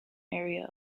area